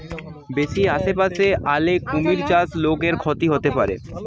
বেশি আশেপাশে আলে কুমির চাষে লোকর ক্ষতি হতে পারে